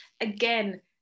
again